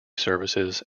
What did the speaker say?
services